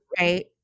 right